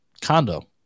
condo